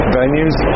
venues